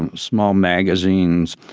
and small magazines,